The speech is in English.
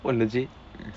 oh legit